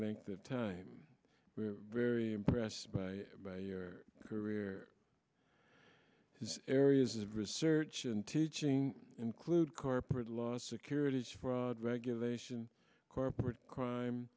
length of time we're very impressed by your career his areas of research and teaching include corporate law securities fraud regulation corporate crime